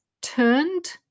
turned